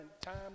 time